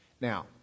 Now